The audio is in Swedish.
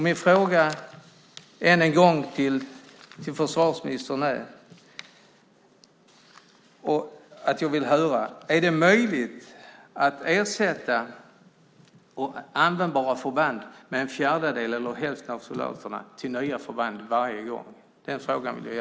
Min fråga, än en gång, till försvarsministern är: Är det möjligt att ersätta användbara förband med en fjärdedel eller hälften av soldaterna till nya förband varje gång?